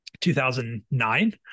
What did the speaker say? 2009